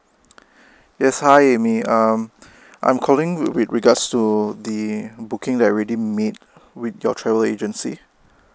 yes hi it's me um I'm calling re~ re~ regards to the booking that I already made with your travel agency